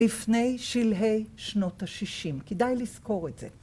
‫לפני שלהי שנות ה-60. ‫כדאי לזכור את זה.